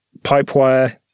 pipewire